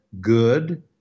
Good